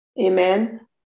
amen